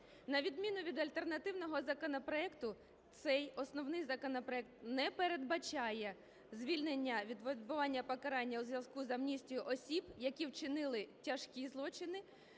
На відміну від альтернативного законопроекту, цей основний законопроект не передбачає звільнення від відбування покарання у зв'язку з амністією осіб, які вчинили тяжкі злочини